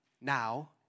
now